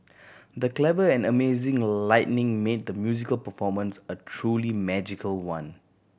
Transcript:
the clever and amazing a lighting made the musical performance a truly magical one